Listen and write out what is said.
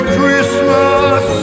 Christmas